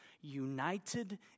united